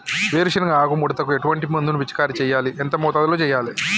వేరుశెనగ ఆకు ముడతకు ఎటువంటి మందును పిచికారీ చెయ్యాలి? ఎంత మోతాదులో చెయ్యాలి?